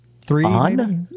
three